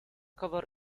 cover